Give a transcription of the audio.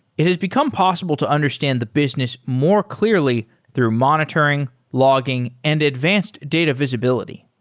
it has become possible to understand the business more clearly through monitoring, logging and advanced data visibility.